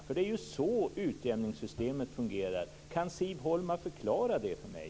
Det är på det sättet som utjämningssystemet fungerar. Kan Siv Holma förklara det för mig?